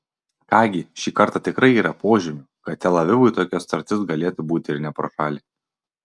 ką gi šį kartą tikrai yra požymių kad tel avivui tokia sutartis galėtų būti ir ne pro šalį